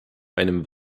einem